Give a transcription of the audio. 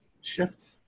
shift